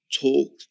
talk